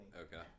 Okay